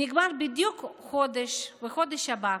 הוא נגמר בדיוק בחודש הבא.